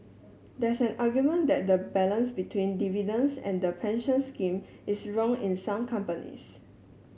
there's an argument that the balance between dividends and the pension scheme is wrong in some companies